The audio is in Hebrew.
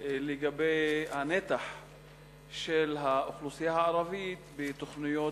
לגבי הנתח של האוכלוסייה הערבית בתוכניות